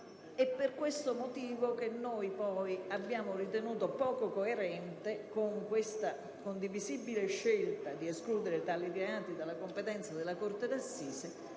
Per questo motivo abbiamo ritenuto poco coerente con questa condivisibile scelta di escludere tali reati dalla competenza della corte d'assise